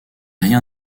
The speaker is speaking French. rien